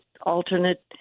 alternate